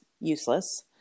useless